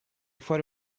fuori